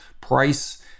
price